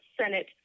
Senate